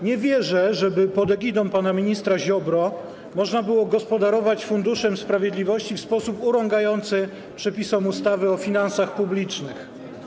Nie wierzę, żeby pod egidą pana ministra Ziobro można było gospodarować Funduszem Sprawiedliwości w sposób urągający przepisom ustawy o finansach publicznych.